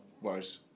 whereas